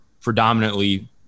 predominantly